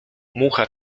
mucha